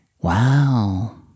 wow